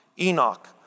Enoch